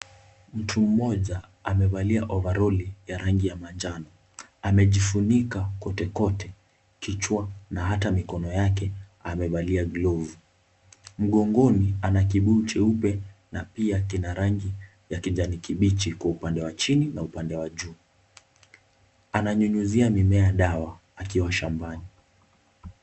Mtu mmoja amevalia ovaroli ya rangi ya manjano. Amejifunika kote kote kichwa na hata mikono yake amevalia glovu. Mgongoni ana kibuyu cheupe na pia kina rangi ya kijani kibichi kwa upande wa chini na upande wa juu. Ananyunyuzia mimea dawa akiwa shambani.